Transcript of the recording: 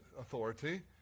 authority